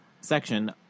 section